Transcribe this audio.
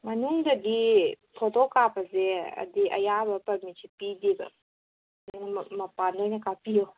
ꯃꯅꯨꯡꯗꯗꯤ ꯐꯣꯇꯣ ꯀꯥꯞꯄꯁꯦ ꯑꯗꯤ ꯑꯌꯥꯕ ꯄꯥꯔꯃꯤꯠꯁꯦ ꯄꯤꯗꯦꯕ ꯃꯄꯥꯟꯗ ꯑꯣꯏꯅ ꯀꯥꯞꯄꯤꯎ